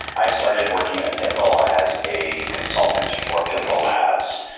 i started working at pivotal as a consultant for pivotal labs,